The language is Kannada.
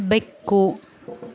ಬೆಕ್ಕು